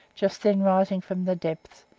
just then rising from the depths,